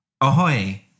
Ahoy